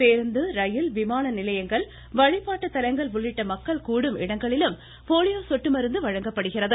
பேருந்து ரயில் விமான நிலையங்கள் வழிபாட்டுத்தலங்கள் உள்ளிட்ட மக்கள் கூடும் இடங்களிலும் போலியோ சொட்டு மருந்து வழங்கப்படுகிறது